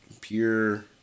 Pure